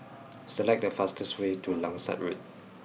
select the fastest way to Langsat Road